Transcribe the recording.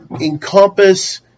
encompass